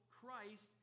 Christ